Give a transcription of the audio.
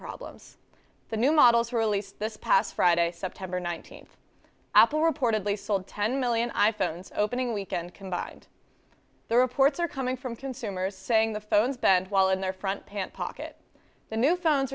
problems the new models were released this past friday september nineteenth apple reportedly sold ten million i phones opening weekend combined the reports are coming from consumers saying the phones that while in their front pant pocket the new phones